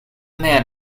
man